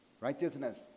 Righteousness